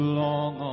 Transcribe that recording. long